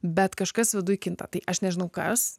bet kažkas viduj kinta tai aš nežinau kas